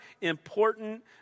important